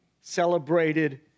celebrated